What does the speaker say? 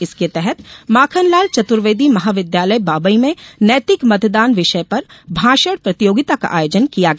इसके तहत माखनलाल चतुर्वेदी महाविद्यालय बाबई में नैतिक मतदान विषय पर भाषण प्रतियोगिता का आयोजन किया गया